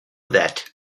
that